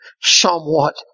somewhat